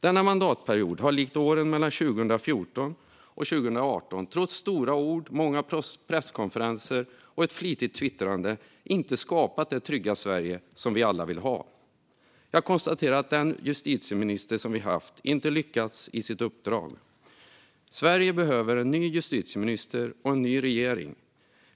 Denna mandatperiod har likt åren mellan 2014 och 2018 trots stora ord, många presskonferenser och ett flitigt twittrande inte skapat det trygga Sverige som vi alla vill ha. Jag konstaterar att den justitieminister som vi har haft inte har lyckats i sitt uppdrag. Sverige behöver en ny justitieminister och en ny regering.